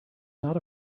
not